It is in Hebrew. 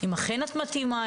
אם אכן את מתאימה,